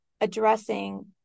addressing